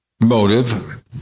motive